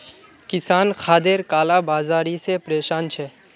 किसान खादेर काला बाजारी से परेशान छे